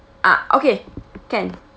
ah okay can